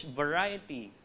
variety